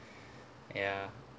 ya